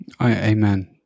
Amen